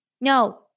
No